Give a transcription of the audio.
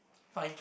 fine